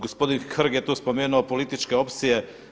Gospodin Hrg je tu spomenuo političke opcije.